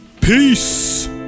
Peace